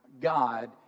God